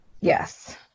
Yes